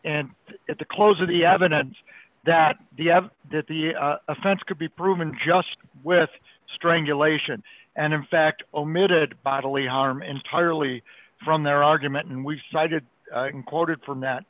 and at the close of the evidence that the that the offense could be proven just with strangulation and in fact omitted bodily harm entirely from their argument and we cited in quoted from that